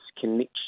connection